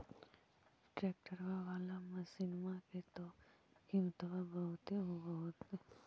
ट्रैक्टरबा बाला मसिन्मा के तो किमत्बा बहुते होब होतै?